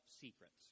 secrets